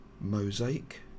mosaic